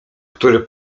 który